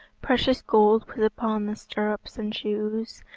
precious gold was upon the stirrups and shoes,